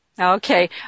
Okay